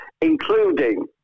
including